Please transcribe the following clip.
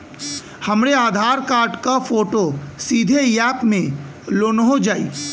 हमरे आधार कार्ड क फोटो सीधे यैप में लोनहो जाई?